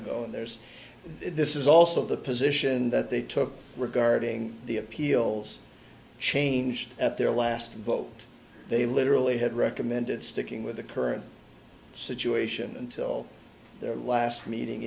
ago and there's this is also the position that they took regarding the appeals changed at their last vote they literally had recommended sticking with the current situation until their last meeting